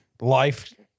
life